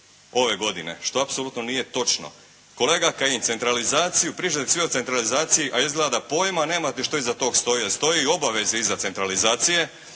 ove godine, što apsolutno nije točno. Kolega Kajin, centralizaciju pričaju svi o centralizaciji a izgleda da pojma nemate što iza tog stoji, a stoje obveze iza centralizacije.